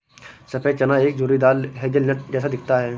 सफेद चना एक झुर्रीदार हेज़लनट जैसा दिखता है